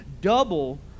double